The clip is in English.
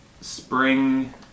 spring